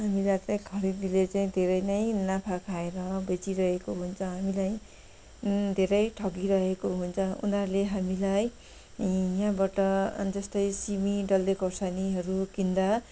हामीलाई चाहिँ खरिदेले चाहिँ धेरै नै नाफा खाएर बेचिरहेको हुन्छ हामीलाई धेरै ठगिरहेको हुन्छ उनीहरूले हामीलाई यहाँबाट जस्तै सिमी डल्ले खोर्सानीहरू किन्दा